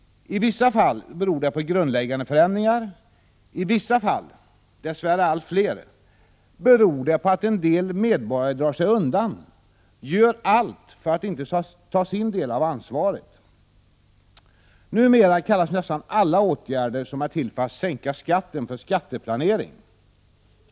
I vissa fall beror det på grundläggande förändringar, i vissa fall, dess värre allt fler, beror det på att en del medborgare drar sig undan och gör allt för att inte ta sin del av ansvaret. Numera kallas nästan alla åtgärder som är till för att sänka skatten för skatteplanering.